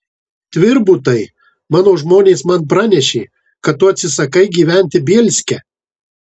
tvirbutai mano žmonės man pranešė kad tu atsisakai gyventi bielske